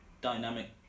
dynamic